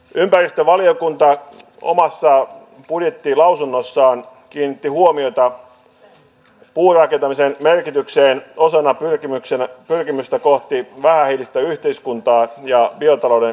ympäristövaliokunta omassa budjettilausunnossaan kiinnitti huomiota puurakentamisen merkitykseen osana pyrkimyksenä pyrkimystä kohti vähähiilistä yhteiskuntaa ja jota olen